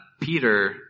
Peter